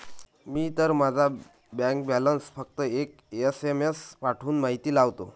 मी तर माझा bank balance फक्त एक एस.एम.एस पाठवून माहिती लावतो